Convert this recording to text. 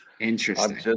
Interesting